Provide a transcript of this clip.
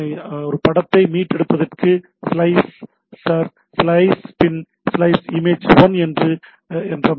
ஒரு படத்தை மீட்டெடுப்பதக்கு ஸ்லைஸ் ஸ்ரர் ஸ்லைஸ் பின் ஸ்லைஸ் இமேஜ் 1 என்ற முறை பெறுகிறது